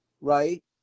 right